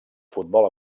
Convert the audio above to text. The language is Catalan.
futbol